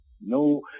No